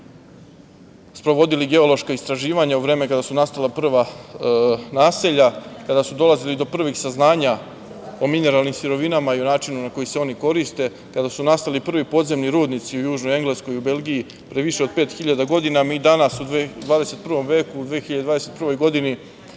sprovodili geološka istraživanja u vreme kada su nastala prva naselja, kada su dolazili do prvih saznanja o mineralnim sirovinama i o načinu na koji se oni koriste, kada su nastali prvi podzemni rudnici u Južnoj Engleskoj i u Belgiji, pre više od 5.000 godina, mi danas u XXI veku, u 2021. godini,